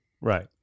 Right